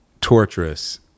torturous